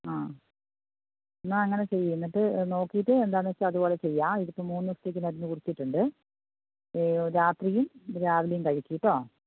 ആ എന്നാൽ അങ്ങനെ ചെയ്യാം എന്നിട്ട് നോക്കിയിട്ട് എന്താണെന്ന് വെച്ചാൽ അതുപോലെ ചെയ്യാം ഇതിപ്പോൾ മൂന്ന് ദിവസത്തേക്ക് മരുന്ന് കുറിച്ചിട്ടുണ്ട് രാത്രിയും രാവിലേയും കഴിക്ക് കേട്ടോ